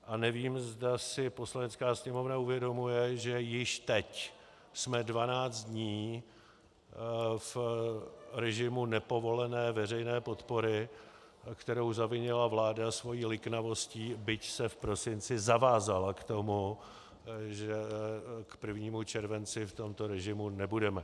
A nevím, zda si Poslanecká sněmovna uvědomuje, že již teď jsme dvanáct dní v režimu nepovolené veřejné podpory, kterou zavinila vláda svou liknavostí, byť se v prosinci zavázala k tomu, že k 1. červenci v tomto režimu nebudeme.